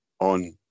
on